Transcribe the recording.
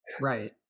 Right